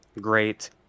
great